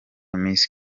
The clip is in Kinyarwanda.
misi